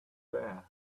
bear